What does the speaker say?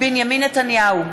בנימין נתניהו,